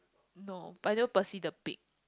no I know Percy the pig